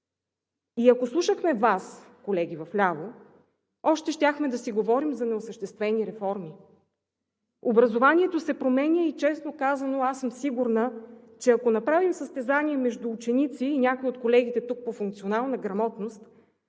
И ако слушахме Вас, колеги вляво, още щяхме да си говорим за неосъществени реформи. Образованието се променя и, честно казано, аз съм сигурна, че ако направим състезание между ученици и някои от колегите тук по функционална грамотност,